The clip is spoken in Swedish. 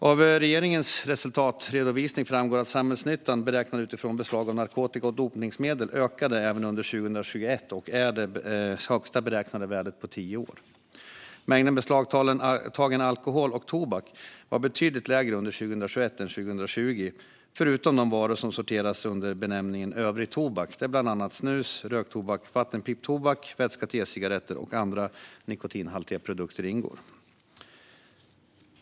Av regeringens resultatredovisning framgår att samhällsnyttan, beräknad utifrån beslag av narkotika och dopningsmedel, ökade även under 2021 och är det högsta beräknade värdet på tio år. Mängden beslagtagen alkohol och tobak var betydligt mindre under 2021 än 2020, förutom de varor som sorteras under benämningen övrig tobak, där bland annat snus, röktobak, vattenpiptobak, vätska till e-cigaretter och andra nikotinhaltiga produkter ingår.